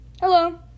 Hello